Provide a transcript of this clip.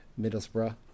Middlesbrough